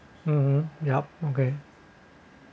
uh yup okay